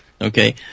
Okay